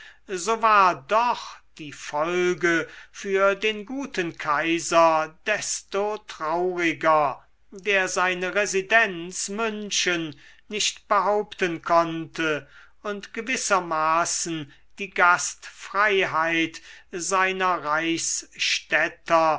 so war doch die folge für den guten kaiser desto trauriger der seine residenz münchen nicht behaupten konnte und gewissermaßen die gastfreiheit seiner reichsstädter